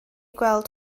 gweld